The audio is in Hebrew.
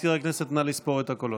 מזכיר הכנסת, נא לספור את הקולות.